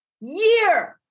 year